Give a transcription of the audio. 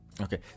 Okay